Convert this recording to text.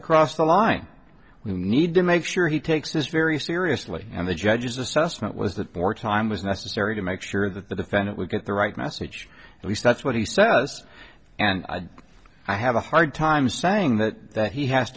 across the line we need to make sure he takes this very seriously and the judges assessment was that for time was necessary to make sure that the defendant would get the right message at least that's what he says and i have a hard time saying that he has